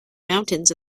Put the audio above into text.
mountains